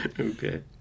Okay